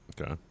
Okay